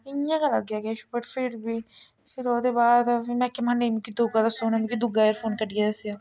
इ'यां गै लग्गेआ किश पर फेर बी फेर ओह्दे बाद में उ'नेें आखेआ महां मिकी दूआ दस्सो फ्ही उ'नें मिकी दूआ एयरफोन कड्डियै दस्सेआ